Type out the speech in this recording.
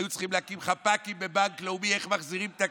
היו צריכים להקים חפ"קים בבנק לאומי איך מחזירים את הכסף.